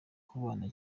kubana